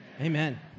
Amen